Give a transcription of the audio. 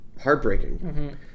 heartbreaking